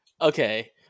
okay